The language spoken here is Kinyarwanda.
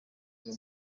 igwa